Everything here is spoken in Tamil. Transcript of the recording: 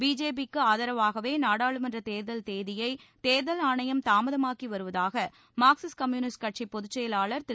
பிஜேபிக்கு ஆதரவாகவே நாடாளுமன்ற தேர்தல் தேதியை தேர்தல் ஆணையம் தாமதமாக்கி வருவதாக மார்க்சிஸ்ட் கம்யூனிஸ்ட் கட்சி பொதுச் செயலாளர் திரு